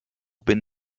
bin